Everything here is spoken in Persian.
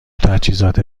تجهیزات